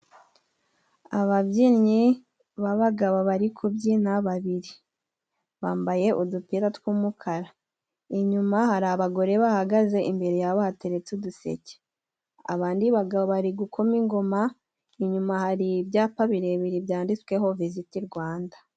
Ababyinnyi b'abagabo bari kubyina babiri. Bambaye udupira tw'umukara. Inyuma hari abagore bahagaze, imbere yabo bateretse uduseke. Abandi bari gukoma ingoma, inyuma hari ibyapa birebire byanditsweho Viziti Rwanda.